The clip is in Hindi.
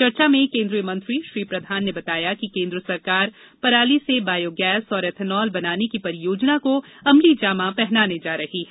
चर्चा में केंद्रीय मंत्री श्री प्रधान ने बताया कि केंद्र सरकार पराली से बायोगैस और एथेनॉल बनाने की परियोजना को अमलीजामा पहनाने जा रही है